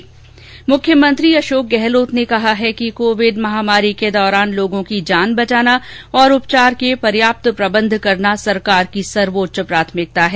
मुख्यमंत्री अशोक गहलोत ने कहा है कि कोविड महामारी के दौरान लोगों की जान बचाना और उपचार के पर्याप्त प्रबंध करना सरकार की सर्वोच्च प्राथमिकता है